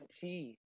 tea